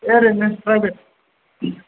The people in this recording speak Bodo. ऐ ओरैनो प्राइभेद